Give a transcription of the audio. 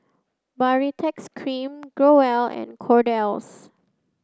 baritex cream Growell and Kordel's